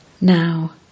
Now